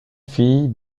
fille